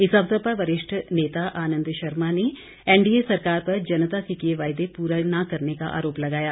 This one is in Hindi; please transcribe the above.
इस अवसर पर वरिष्ठ नेता आनंद शर्मा ने एनडीए सरकार पर जनता से किए वायदे पूरा न करने का आरोप लगाया है